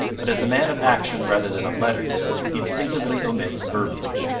but as a man of action rather than of letters he instinctively omits verbiage.